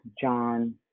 John